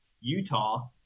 Utah